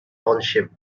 township